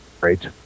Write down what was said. great